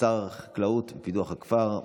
לשר החקלאות ופיתוח הכפר.